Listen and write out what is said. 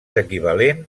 equivalent